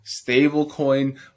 Stablecoin